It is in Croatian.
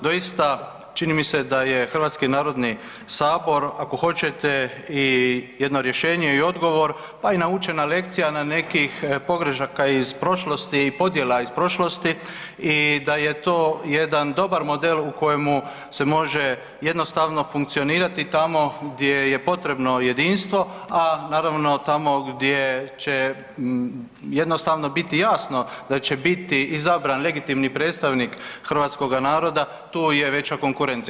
Doista čini mi se da je Hrvatski narodni sabor ako hoćete i jedno rješenje i odgovor, pa i naučena lekcija na nekih pogrešaka iz prošlosti i podjela iz prošlosti i da je to jedan dobar model u kojemu se može jednostavno funkcionirati tamo gdje je potrebno jedinstvo, a naravno tamo gdje će jednostavno biti jasno da će biti izabran legitimni predstavnik hrvatskoga naroda tu je veća konkurencija.